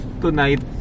tonight